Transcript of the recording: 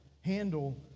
handle